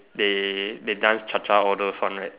they they dance Cha-Cha all those ones right